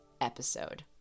episode